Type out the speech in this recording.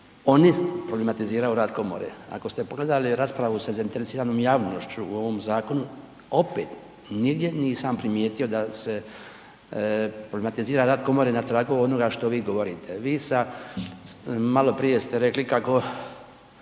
oni problematiziraju rad komore. Ako ste pogledali raspravu sa zainteresiranom javnošću u ovom zakonu, opet nigdje nisam primijetio da se problematizira rad komore na tragu onoga što vi govorite. Vi sa, maloprije ste rekli kako